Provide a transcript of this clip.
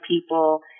people